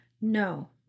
No